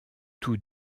tous